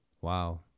Wow